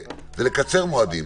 זה לקצר מועדים.